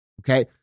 Okay